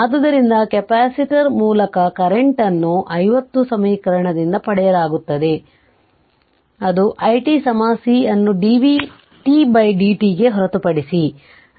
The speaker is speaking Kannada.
ಆದ್ದರಿಂದ ಕೆಪಾಸಿಟರ್ ಮೂಲಕ ಕರೆಂಟ್ವನ್ನು 50 ಸಮೀಕರಣದಿಂದ ಪಡೆಯಲಾಗುತ್ತದೆ ಅದು i t C ಅನ್ನು dvt dt ಗೆ ಹೊರತುಪಡಿಸಿ